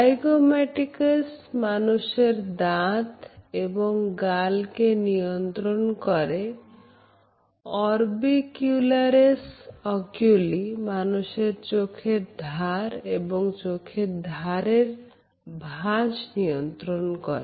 zygomaticus মানুষের দাঁত এবং গাল কে নিয়ন্ত্রণ করেorbicularis oculi মানুষের চোখের ধার এবং চোখের ধারের ভাজ নিয়ন্ত্রণ করে